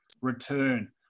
return